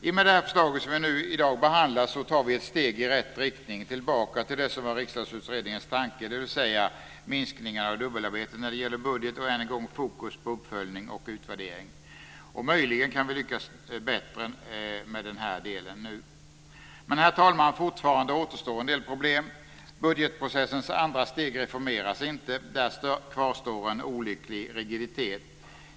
I och med det förslag som vi i dag behandlar tar vi ett steg i rätt riktning, tillbaka till det som var Riksdagsutredningens tanke, dvs. att det skulle vara en minskning av dubbelarbetet när det gäller budgeten och att det än en gång blir fokus på uppföljning och utvärdering. Möjligen kan vi lyckas bättre nu med den här delen. Herr talman! Fortfarande återstår en del problem. Budgetprocessens andra steg reformeras inte. Där kvarstår en olycklig rigiditet.